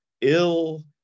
ill